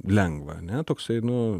lengva ane toksai nu